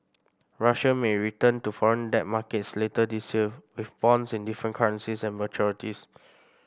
Russia may return to foreign debt markets later this year with bonds in different currencies and maturities